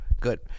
Good